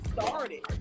started